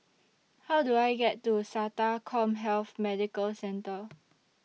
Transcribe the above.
How Do I get to Sata Commhealth Medical Centre